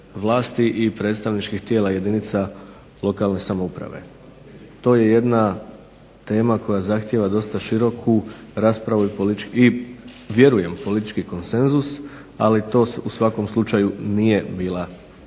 i predstavničkih tijela jedinica lokalne samouprave. To je jedna tema koja zahtijeva dosta široku raspravu i vjerujem politički konsenzus, ali to u svakom slučaju nije bila tema